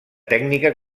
tècnica